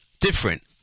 different